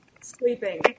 Sleeping